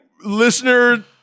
listener